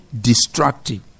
destructive